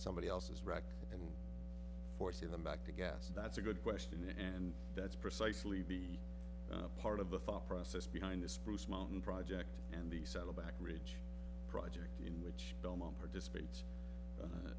somebody else's rock and forcing them back to gas that's a good question and that's precisely be part of the thought process behind the spruce mountain project and the saddleback ridge project in which belmont participates